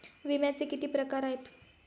विम्याचे किती प्रकार आहेत?